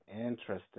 interesting